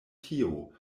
tio